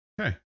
Okay